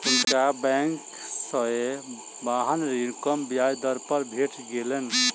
हुनका बैंक से वाहन ऋण कम ब्याज दर पर भेट गेलैन